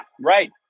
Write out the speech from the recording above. right